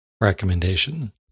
recommendation